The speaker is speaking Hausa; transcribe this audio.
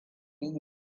yi